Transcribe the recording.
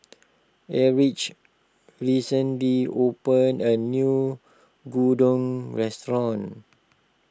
Erich recently opened a new Gyudon restaurant